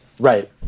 Right